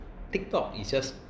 Tiktok is just